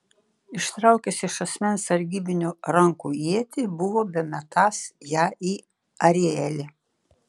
ištraukęs iš asmens sargybinio rankų ietį buvo bemetąs ją į arielį